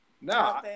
No